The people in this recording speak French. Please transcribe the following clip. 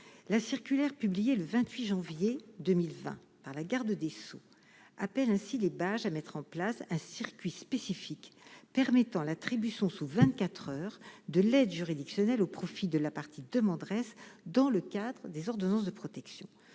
la circulaire publiée le 28 janvier 2020 par la garde des Sceaux, appelle ainsi les belges à mettre en place un circuit spécifique permettant l'attribution sous 24 heures de l'aide juridictionnelle au profit de la partie demanderesse dans le cadre des ordonnances de protection,